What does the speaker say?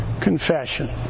confession